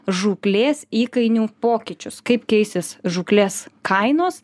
žūklės įkainių pokyčius kaip keisis žūklės kainos